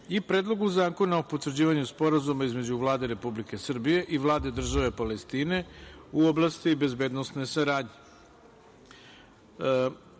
i Predlogu zakona o potvrđivanju Sporazuma između Vlade Republike Srbije i Vlade države Palestine u oblasti bezbednosne saradnje. Želim,